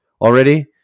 already